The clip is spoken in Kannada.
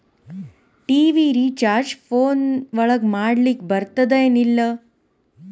ಟಿ.ವಿ ರಿಚಾರ್ಜ್ ಫೋನ್ ಒಳಗ ಮಾಡ್ಲಿಕ್ ಬರ್ತಾದ ಏನ್ ಇಲ್ಲ?